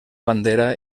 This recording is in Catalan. bandera